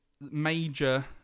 major